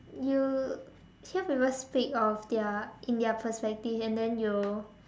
you hear people speak of their in their perspective and then you'll